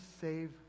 save